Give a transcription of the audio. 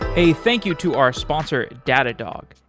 a thank you to our sponsor datadog,